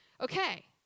Okay